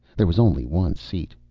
there was only one seat.